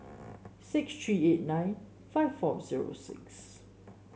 six three eight nine five four zero six